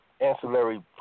ancillary